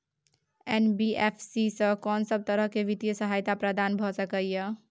NBFC स कोन सब तरह के वित्तीय सहायता प्रदान भ सके इ? इ